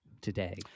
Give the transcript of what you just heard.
today